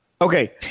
Okay